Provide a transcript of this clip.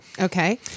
Okay